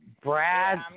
Brad